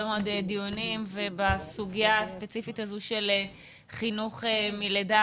מאוד דיונים ובסוגיה הספציפית הזו של חינוך מלידה